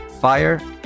fire